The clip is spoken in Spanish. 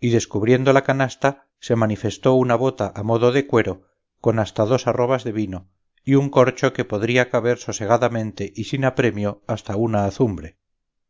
y descubriendo la canasta se manifestó una bota a modo de cuero con hasta dos arrobas de vino y un corcho que podría caber sosegadamente y sin apremio hasta una azumbre